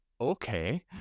okay